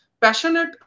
passionate